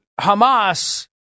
Hamas